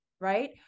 Right